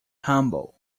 humble